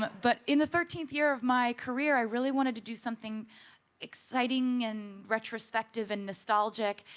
but in the thirteenth year of my career i really wanted to do something exciting and retrospective and nostalgic.